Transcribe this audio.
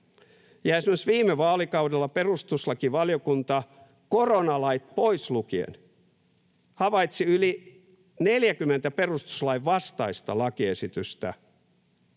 Esimerkiksi viime vaalikaudella perustuslakivaliokunta, koronalait pois lukien, havaitsi yli 40 perustuslain vastaista lakiesitystä